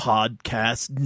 Podcast